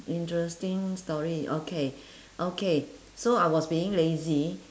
interesting story okay okay so I was being lazy